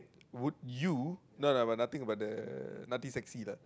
would you no no nothing about the nothing sexy lah